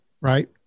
right